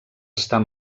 estar